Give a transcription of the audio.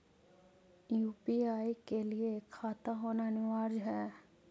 UPI के लिए खाता होना अनिवार्य है?